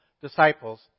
disciples